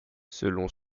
selon